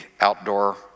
outdoor